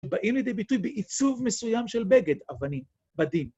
ובאים לידי ביטוי בעיצוב מסוים של בגד, אבנים, בדים.